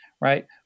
right